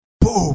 Boom